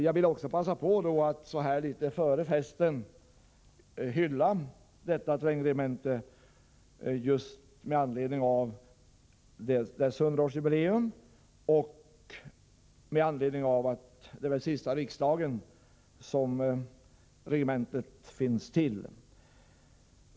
Jag vill också, så här litet före nämnda festligheter, passa på att hylla Svea trängregemente just med anledning av dess hundraårsjubileum och även med anledning av att det ju är sista riksmötet under vilket regementet finns till.